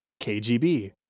KGB